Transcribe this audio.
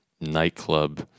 nightclub